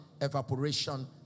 evaporation